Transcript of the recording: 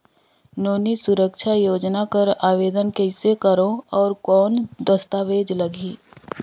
नोनी सुरक्षा योजना कर आवेदन कइसे करो? और कौन दस्तावेज लगही?